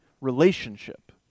relationship